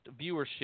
viewership